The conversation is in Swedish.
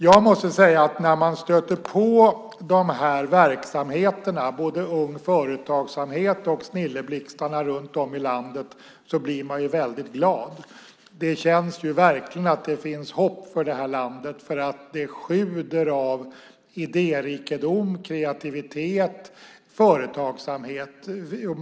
Jag måste säga att när man stöter på de här verksamheterna, både Ung Företagsamhet och Snilleblixtarna runt om i landet, blir man väldigt glad. Det känns verkligen att det finns hopp för det här landet, för det sjuder av idérikedom, kreativitet och företagsamhet.